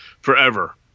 forever